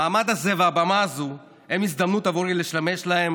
המעמד הזה והבמה הזו הם הזדמנות עבורי לשמש להם